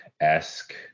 esque